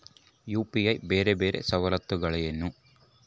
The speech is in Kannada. ಯು.ಪಿ.ಐ ಬೇರೆ ಬೇರೆ ಸವಲತ್ತುಗಳೇನು?